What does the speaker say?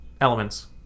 Elements